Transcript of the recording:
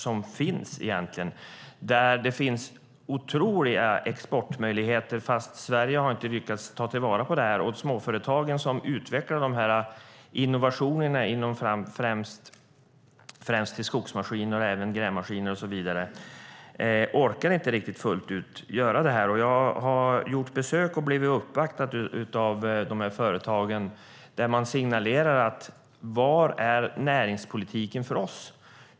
Där finns det otroliga exportmöjligheter, fast Sverige har inte lyckats ta vara på dem. Småföretagen som utvecklar innovationerna främst för skogsmaskiner men även grävmaskiner och så vidare orkar inte göra det här fullt ut. Jag har gjort besök hos och blivit uppvaktad av dessa företag, och de signalerar: Var är näringspolitiken för oss?